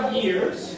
years